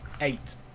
Eight